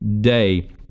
day